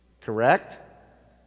Correct